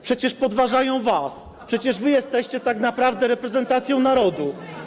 Przecież podważają wasz status, przecież wy jesteście tak naprawdę reprezentacją narodu.